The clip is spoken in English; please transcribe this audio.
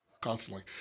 Constantly